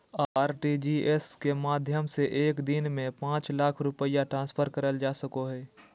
RTGS के माध्यम से एक दिन में पांच लाख रुपया ट्रांसफर करल जा सको हय